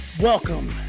Welcome